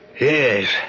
Yes